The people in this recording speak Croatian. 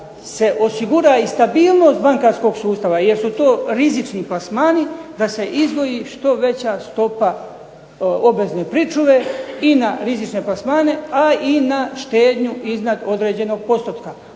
se osigura i stabilnost bankarskog sustava jer su to rizični plasmani, da se izdvoji što veća stopa obvezne pričuve i na rizične plasmane, a i na štednju iznad određenog postotka.